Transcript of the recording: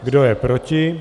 Kdo je proti?